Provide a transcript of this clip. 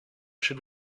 should